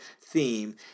theme